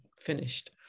finished